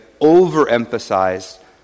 overemphasized